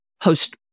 host